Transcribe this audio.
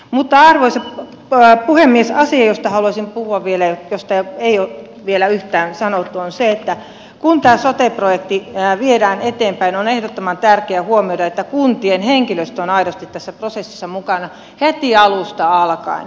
mutta arvoisa puhemies asia josta haluaisin vielä puhua ja josta ei ole vielä yhtään sanottu on se että kun tämä sote projekti viedään eteenpäin on ehdottoman tärkeää huomioida että kuntien henkilöstö on aidosti tässä prosessissa mukana heti alusta alkaen